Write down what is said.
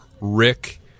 Rick